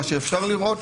מה שאפשר לראות.